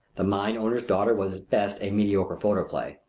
the mine owner's daughter was at best a mediocre photoplay.